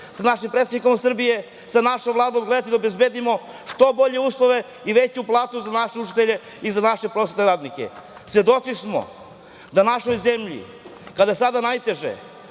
sa našim predsednikom Srbije, sa našom Vladom, gledati da obezbedimo što bolje uslove i veću platu za naše učitelje i za naše prosvetne radnike. Svedoci smo da našoj zemlji, sada kada je najteže,